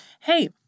hey